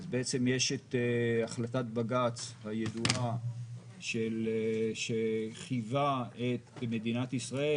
יש החלטת בג"ץ הידועה שחייבה את מדינת ישראל,